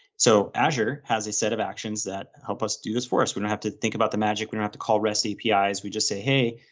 so azure has a set of actions that help us do this for us, we don't have to think about the magic, we don't have to call rest apis. we just say, hey,